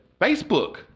Facebook